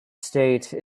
state